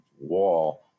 wall